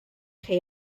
chi